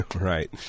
Right